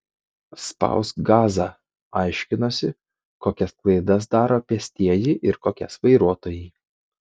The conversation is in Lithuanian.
spausk gazą aiškinosi kokias klaidas daro pėstieji ir kokias vairuotojai